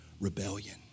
rebellion